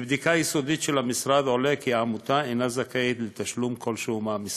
מבדיקה יסודית של המשרד עולה כי העמותה אינה זכאית לתשלום כלשהו מהמשרד.